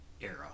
era